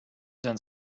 done